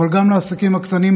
אבל גם לעסקים הקטנים,